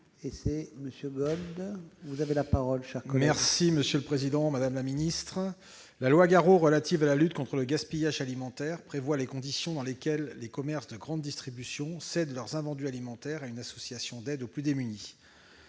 : La parole est à M. Éric Gold. La loi Garot relative à la lutte contre le gaspillage alimentaire prévoit les conditions dans lesquelles les commerces de grande distribution cèdent leurs invendus alimentaires à une association d'aide aux plus démunis.